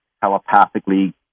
telepathically